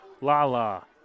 Lala